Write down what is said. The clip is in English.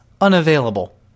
Unavailable